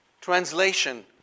Translation